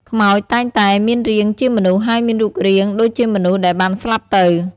ខ្មោចតែងតែមានរាងជាមនុស្សហើយមានរូបរាងដូចជាមនុស្សដែលបានស្លាប់ទៅ។